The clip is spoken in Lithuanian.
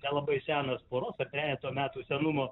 nelabai senas poros ar trejeto metų senumo